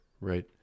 right